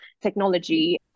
technology